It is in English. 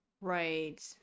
right